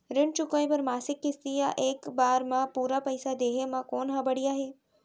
ऋण चुकोय बर मासिक किस्ती या एक बार म पूरा पइसा देहे म कोन ह बढ़िया हे?